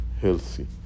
healthy